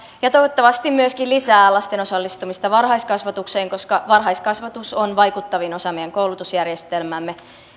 ja toivottavasti myöskin lisää lasten osallistumista varhaiskasvatukseen koska varhaiskasvatus on vaikuttavin osa meidän koulutusjärjestelmäämme